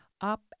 up